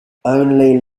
only